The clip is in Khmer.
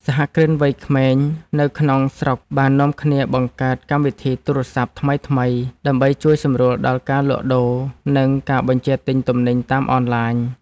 សហគ្រិនវ័យក្មេងនៅក្នុងស្រុកបាននាំគ្នាបង្កើតកម្មវិធីទូរស័ព្ទថ្មីៗ ដើម្បីជួយសម្រួលដល់ការលក់ដូរ និងការបញ្ជាទិញទំនិញតាមអនឡាញ។